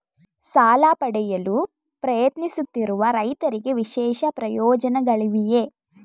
ಸಾಲ ಪಡೆಯಲು ಪ್ರಯತ್ನಿಸುತ್ತಿರುವ ರೈತರಿಗೆ ವಿಶೇಷ ಪ್ರಯೋಜನಗಳಿವೆಯೇ?